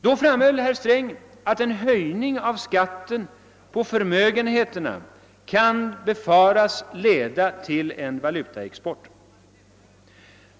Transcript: Då framhöll herr Sträng att en höjning av skatten på förmögenheterna kan befaras leda till en valutaexport.